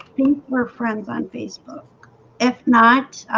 think we're friends on facebook if not,